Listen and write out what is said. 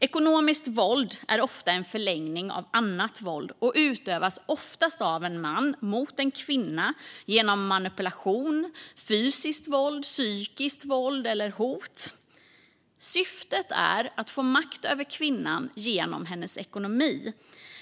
Ekonomiskt våld är i regel en förlängning av annat våld och utövas oftast av en man mot en kvinna genom manipulation, fysiskt våld, psykiskt våld eller hot. Syftet är att få makt över kvinnan genom hennes ekonomi.